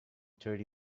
thirty